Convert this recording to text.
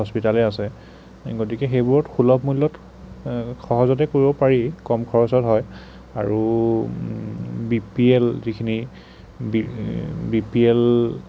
হস্পিটালে আছে গতিকে সেইবোৰত সুলভ মূল্যত সহজতে কৰিব পাৰি কম খৰচত হয় আৰু বি পি এল যিখিনি বি পি এল